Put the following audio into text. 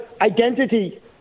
identity